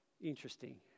interesting